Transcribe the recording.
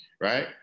Right